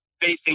facing